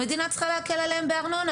המדינה צריכה להקל עליהם בארנונה,